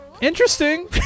interesting